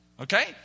Okay